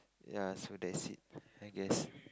ya so that's it I guess